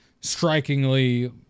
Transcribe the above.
strikingly